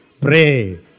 Pray